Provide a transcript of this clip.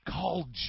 called